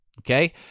okay